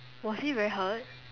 was he very hurt